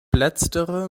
letztere